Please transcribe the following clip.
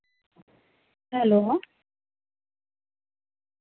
hello